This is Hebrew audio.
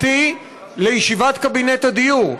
לישיבת קבינט הדיור.